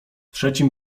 trzecim